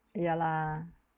ya lah